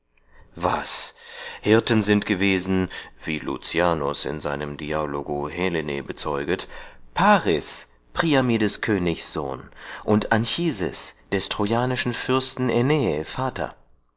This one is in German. was hirten sind gewesen wie lucianus in seinem dialogo helenae bezeuget paris priami des königs sohn und anchises des trojanischen fürsten aeneae vater